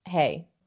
Hey